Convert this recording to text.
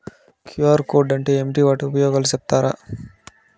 QR code అంటే ఏమి వాటి ఉపయోగాలు సెప్తారా?